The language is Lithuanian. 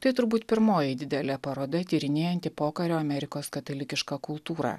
tai turbūt pirmoji didelė paroda tyrinėjanti pokario amerikos katalikišką kultūrą